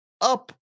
up